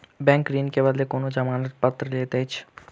bank ऋण के बदले कोनो जमानत पत्र लैत अछि